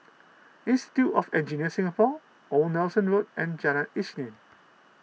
Institute of Engineers Singapore Old Nelson Road and Jalan Isnin